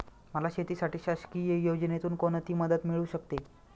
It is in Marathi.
मला शेतीसाठी शासकीय योजनेतून कोणतीमदत मिळू शकते?